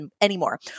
anymore